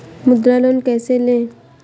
मुद्रा लोन कैसे ले?